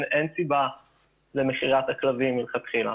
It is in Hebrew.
אין סיבה למכירת הכלבים מלכתחילה.